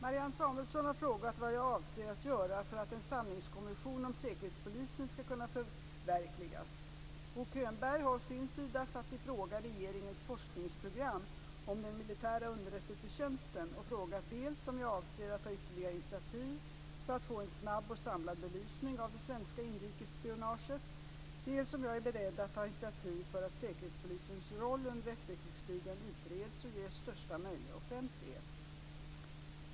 Fru talman! Marianne Samuelsson har frågat vad jag avser att göra för att en sanningskommission om Säkerhetspolisen skall kunna förverkligas. Bo Könberg har å sin sida satt i fråga regeringens forskningsprogram om den militära underrättelsetjänsten och frågat dels om jag avser att ta ytterligare initiativ för att få en snabb och samlad belysning av det svenska inrikesspionaget, dels om jag är beredd att ta initiativ för att Säkerhetspolisens roll under efterkrigstiden utreds och ges största möjliga offentlighet.